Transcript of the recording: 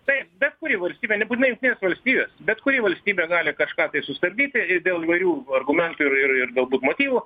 taip bet kuri valstybė nebūtinai jungtinės valstijos bet kuri valstybė gali kažką tai sustabdyti ir dėl įvairių argumentų ir ir ir galbūt motyvų